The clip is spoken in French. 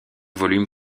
volume